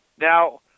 Now